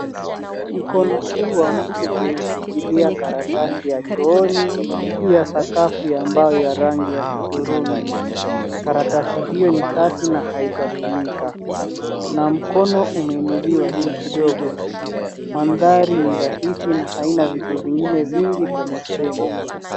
Mkono huu wa mtu umeshikilia karatasi ya chooni juu ya sakafu ya mbao ya rangi ya hudhurungi. Karatasi hiyo ni safi na haijatumika na mkono umeinuliwa juu kidogo. Mandhari ni rahisi na haina vitu vingine vingi kwenye fremu.